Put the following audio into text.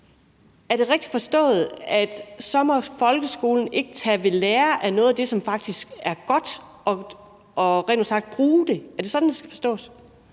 Er det rigtigt forstået, at så må folkeskolen ikke tage ved lære af noget af det, som faktisk er godt, og rent ud sagt bruge det. Er det sådan, det skal forstås?